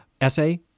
essay